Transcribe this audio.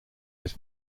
his